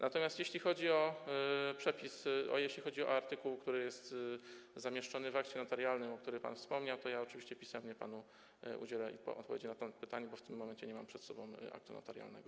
Natomiast jeśli chodzi o przepis, jeśli chodzi o artykuł, który jest zamieszczony w akcie notarialnym, o którym pan wspomniał, to ja oczywiście pisemnie panu udzielę odpowiedzi na to pytanie, bo w tym momencie nie mam przed sobą aktu notarialnego.